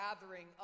gathering